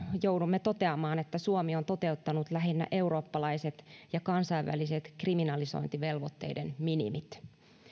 joudumme toteamaan että suomi on toteuttanut lähinnä eurooppalaiset ja kansainväliset kriminalisointivelvoitteiden minimit